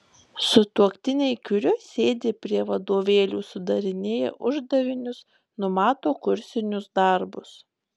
sutuoktiniai kiuri sėdi prie vadovėlių sudarinėja uždavinius numato kursinius darbus